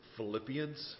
Philippians